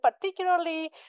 particularly